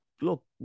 look